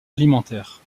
alimentaire